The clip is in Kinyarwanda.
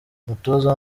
umutoza